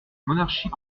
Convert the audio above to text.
monarchie